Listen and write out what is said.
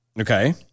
Okay